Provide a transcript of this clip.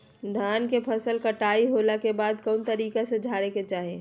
धान के फसल कटाई होला के बाद कौन तरीका से झारे के चाहि?